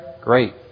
great